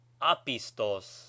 apistos